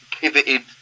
pivoted